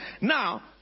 Now